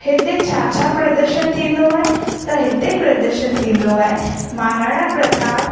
हिते छा छा प्रदर्शन थींदो आहे त हिते प्रदर्शन थींदो आहे महाराणा प्रताप